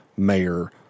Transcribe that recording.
mayor